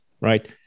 right